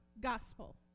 gospel